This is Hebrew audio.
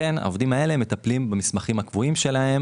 לכן העובדים האלה מטפלים במסמכים הקבועים של העולים,